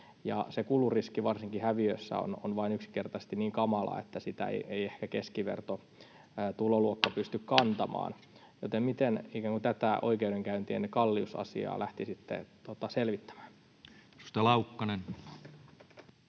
kuluriski varsinkin häviössä on vain yksinkertaisesti niin kamala, että sitä ei ehkä keskiverto tuloluokka pysty kantamaan. Joten miten tätä oikeudenkäyntien kalleuden asiaa lähtisitte selvittämään?